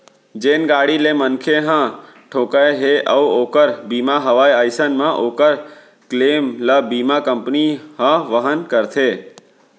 जेन गाड़ी ले मनखे ह ठोंकाय हे अउ ओकर बीमा हवय अइसन म ओकर क्लेम ल बीमा कंपनी ह वहन करथे